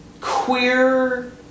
queer